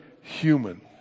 human